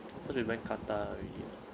cause we went qatar already oh